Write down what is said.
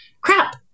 crap